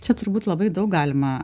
čia turbūt labai daug galima